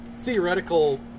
theoretical